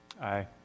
Aye